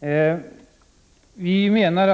Miljöpartiet menar